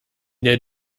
der